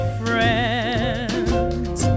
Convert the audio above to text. friends